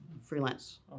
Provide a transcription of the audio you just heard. freelance